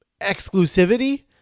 exclusivity